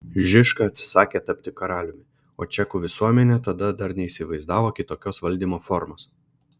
žižka atsisakė tapti karaliumi o čekų visuomenė tada dar neįsivaizdavo kitokios valdymo formos